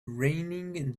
raining